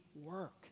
work